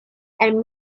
and